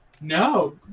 No